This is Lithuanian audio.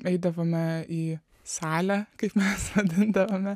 eidavome į salę kaip mes vadindavome